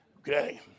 Okay